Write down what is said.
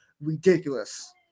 ridiculous